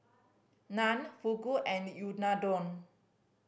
Naan Fugu and Unadon